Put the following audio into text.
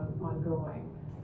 ongoing